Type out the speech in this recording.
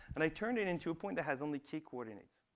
and i turned it into a point that has only k coordinates.